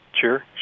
Sure